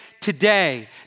today